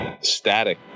static